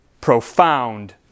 profound